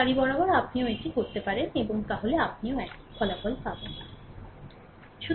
সারি বরাবরও আপনি এটি করতে পারেন তাহলেও আপনি একই ফলাফল পাবেন